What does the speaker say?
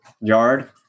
yard